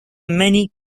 many